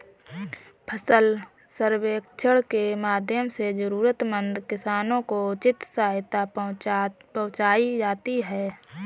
फसल सर्वेक्षण के माध्यम से जरूरतमंद किसानों को उचित सहायता पहुंचायी जाती है